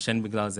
מעשן טבק,